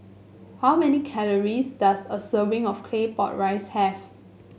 how many calories does a serving of Claypot Rice have